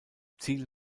ziel